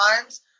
times